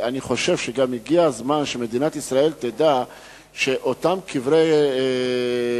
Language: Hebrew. אני חושב שגם הגיע הזמן שמדינת ישראל תדע שאותם קברי צדיקים